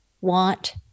want